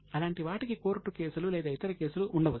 అలాంటి వాటికి కోర్టు కేసులు లేదా ఇతర కేసులు ఉండవచ్చు